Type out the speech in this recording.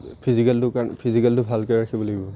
ফিজিকেলটো কাৰণ ফিজিকেলটো ভালকৈ ৰাখিব লাগিব